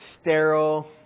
sterile